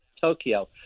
Tokyo